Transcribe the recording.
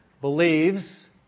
believes